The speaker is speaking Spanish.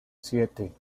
siete